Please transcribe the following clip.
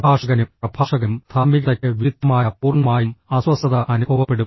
പ്രഭാഷകനും പ്രഭാഷകനും ധാർമ്മികതയ്ക്ക് വിരുദ്ധമായ പൂർണ്ണമായും അസ്വസ്ഥത അനുഭവപ്പെടും